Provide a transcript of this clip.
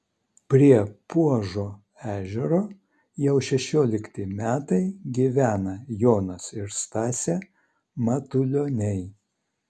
prie puožo ežero jau šešiolikti metai gyvena jonas ir stasė matulioniai